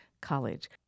College